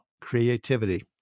creativity